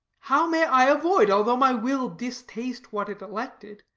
how may i avoid, although my will distaste what it elected,